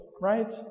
right